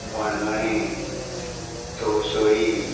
मणगणें तवसळी